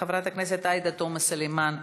חברת הכנסת עאידה תומא סלימאן,